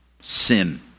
sin